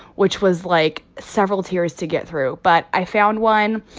which was, like, several tiers to get through. but i found one,